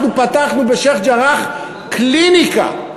אנחנו פתחנו בשיח'-ג'ראח קליניקה,